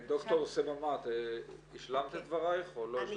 ד"ר סממה, את השלמת את דברייך או לא השלמת אותם?